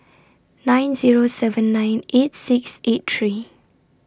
nine Zero seven nine eight six eight three